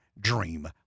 dream